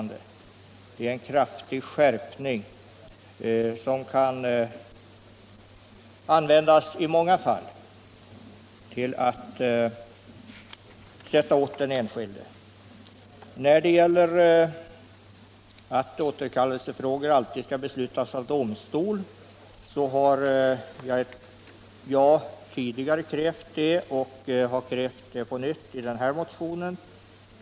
Det är en kraftig skärpning, som kan användas i många fall för att sätta åt den enskilde. Jag har tidigare krävt att återkallelsefrågor alltid skall beslutas av domstol, och jag har krävt det på nytt i den nämnda motionen.